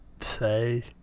say